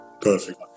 Perfect